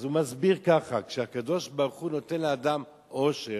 אז הוא מסביר כך: כשהקדוש-ברוך-הוא נותן לאדם עושר,